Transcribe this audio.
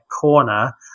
corner